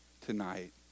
tonight